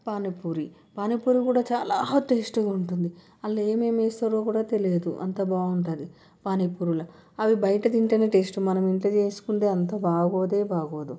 పానీ పూరి పానీ పూరి కూడా చాలా టేస్ట్గా ఉంటుంది వాళ్ళు ఏమేమి వేస్తారో కూడా తెలియదు అంతా బాగుంటుంది పానీ పూరీలు అవి బయట తింటేనే టేస్ట్ మనము ఇంట్లో చేసుకుంటే అంత బాగోనే బాగోదు